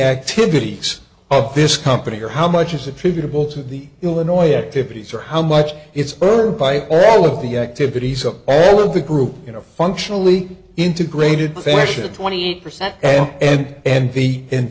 activities of this company or how much is attributable to the illinois activities or how much it's earned by all of the activities of all of the groups you know functionally integrated fashion twenty eight percent and envy and the